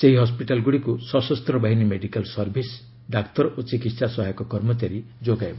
ସେହି ହସ୍ୱିଟାଲଗୁଡ଼ିକୁ ସଶସ୍ତ ବାହିନୀ ମେଡିକାଲ୍ ସର୍ଭିସ୍ ଡାକ୍ତର ଓ ଚିକିତ୍ସା ସହାୟକ କର୍ମଚାରୀ ଯୋଗାଇବ